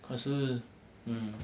可是 mm